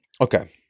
Okay